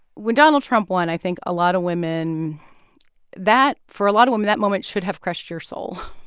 when donald trump won, i think a lot of women that for a lot of women, that moment should have crushed your soul.